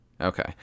Okay